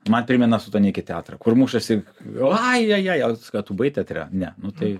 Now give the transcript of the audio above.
man primena sutaniki teatrą kur mušasi ajajaj o jėzus o tu buvai teatre ne tai